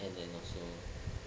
and then also